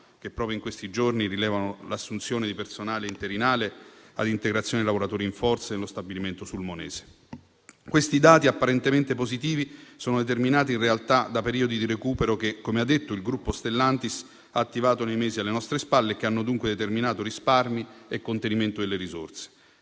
che proprio in questi giorni rilevano l'assunzione di personale interinale ad integrazione dei lavoratori in forze nello stabilimento sulmonese. Questi dati apparentemente positivi sono determinati in realtà da periodi di recupero che - come ha detto - il gruppo Stellantis ha attivato nei mesi alle nostre spalle e che hanno dunque determinato risparmi e contenimento delle risorse.